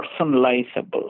personalizable